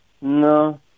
no